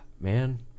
Man